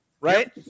right